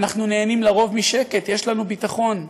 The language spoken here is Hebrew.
אנחנו נהנים לרוב משקט, יש לנו ביטחון,